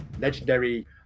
legendary